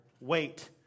wait